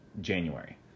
January